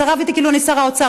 אתה רב איתי כאילו אני שר האוצר.